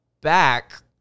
back